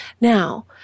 Now